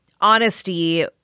honesty